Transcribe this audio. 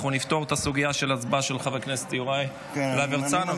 אנחנו נפתור את הסוגיה של ההצבעה של חבר הכנסת יוראי להב הרצנו,